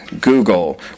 Google